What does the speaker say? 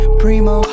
primo